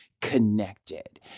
connected